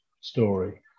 story